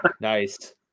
Nice